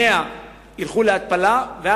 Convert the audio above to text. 100 מיליון ילכו להתפלה,